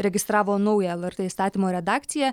registravo naują lrt įstatymo redakciją